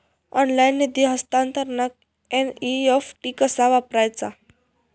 Online निधी हस्तांतरणाक NEFT कसा वापरायचा?